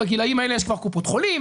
בגילים האלה יש כבר קופות חולים,